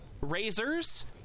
razors